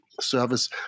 service